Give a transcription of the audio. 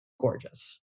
gorgeous